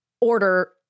Order